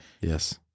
Yes